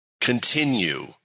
continue